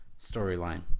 storyline